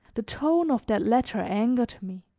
the tone of that letter angered me,